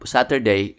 Saturday